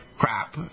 crap